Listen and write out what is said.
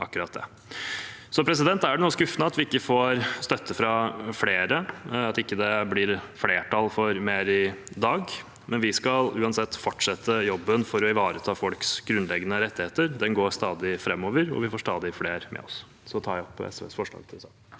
akkurat det. Det er skuffende at vi ikke får støtte fra flere, og at det ikke blir flertall for mer i dag. Vi skal uansett fortsette jobben for å ivareta folks grunnleggende rettigheter. Den går stadig framover, og vi får stadig flere med oss. Jeg tar opp forslagene